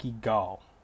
Gall